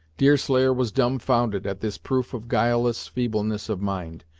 deerslayer was dumb-founded at this proof of guileless feebleness of mind,